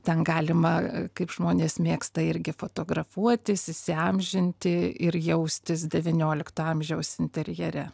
ten galima kaip žmonės mėgsta irgi fotografuotis įsiamžinti ir jaustis devyniolikto amžiaus interjere